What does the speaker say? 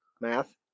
Math